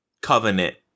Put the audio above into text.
covenant